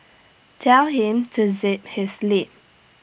tell him to zip his lip